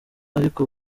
ariko